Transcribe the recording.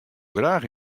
graach